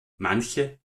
manche